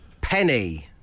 Penny